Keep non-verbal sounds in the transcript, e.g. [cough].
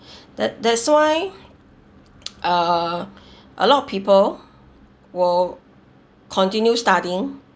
[breath] that that's why [noise] uh [breath] a lot of people will continue studying